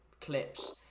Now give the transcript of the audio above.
clips